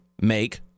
make